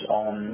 on